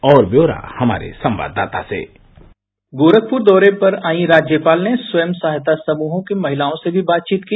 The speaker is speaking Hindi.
और ब्यौरा हमारे संवाददाता से गोरखपुर दौरे पर आर्यी राज्यपाल ने स्वयं सहायता समूहों की महिलाओं से भी बातचीत की